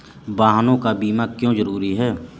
वाहनों का बीमा क्यो जरूरी है?